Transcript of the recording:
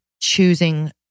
choosing